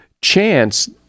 Chance